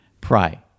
pray